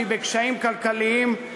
שהיא בקשיים כלכליים,